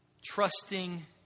trusting